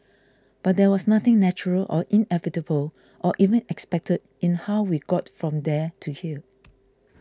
but there was nothing natural or inevitable or even expected in how we got from there to here